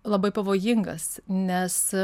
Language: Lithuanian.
labai pavojingas nes